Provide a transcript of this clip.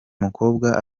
mukobwa